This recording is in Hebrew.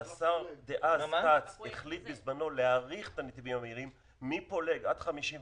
שהשר כץ החליט בזמנו להאריך את הנתיבים המהירים מפולג עד כביש 57,